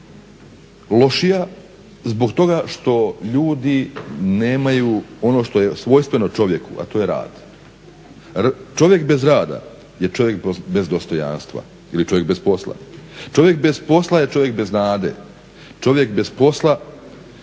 ljudi nemaju ono što je svojstveno čovjeku, a to je rad. Čovjek bez rada je čovjek bez dostojanstva ili čovjek bez posla. Čovjek bez posla je čovjek bez nade. Čovjek bez posla